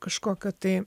kažkokio tai